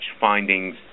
findings